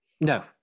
No